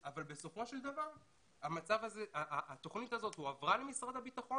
אבל בסופו של דבר התוכנית הזו הועברה למשרד הביטחון